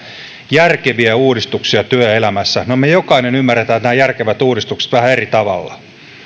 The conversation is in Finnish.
järkeviä uudistuksia työelämässä no me jokainen ymmärrämme nämä järkevät uudistukset vähän eri tavalla